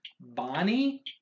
Bonnie